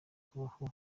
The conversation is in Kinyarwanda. kubaho